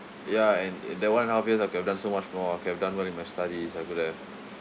ya and in that one and a half year I could've done so much more I could have done well in my studies I could have